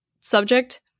Subject